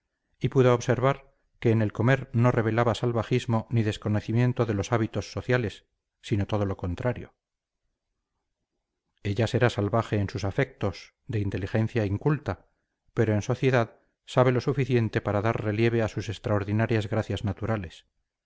y pudo observar que en el comer no revelaba salvajismo ni desconocimiento de los hábitos sociales sino todo lo contrario ella será salvaje en sus afectos de inteligencia inculta pero en sociedad sabe lo suficiente para dar relieve a sus extraordinarias gracias naturales